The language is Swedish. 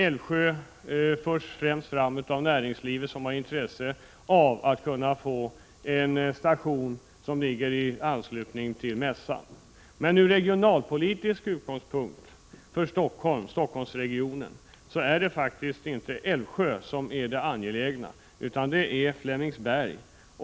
Älvsjö förs främst fram av näringslivet som har intresse av att få en station som ligger i anslutning till Mässan, men från regionalpolitiska utgångspunkter för Stockholmsregionen är det faktiskt inte Älvsjö som är det angelägna utan Flemingsberg.